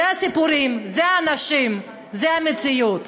אלה הסיפורים, אלה האנשים, זו המציאות.